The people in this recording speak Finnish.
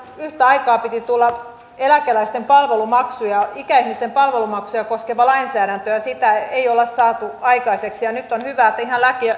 yhtä aikaa piti tulla eläkeläisten palvelumaksuja ikäihmisten palvelumaksuja koskeva lainsäädäntö ja sitä ei olla saatu aikaiseksi nyt on hyvä että ihan